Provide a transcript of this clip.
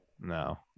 No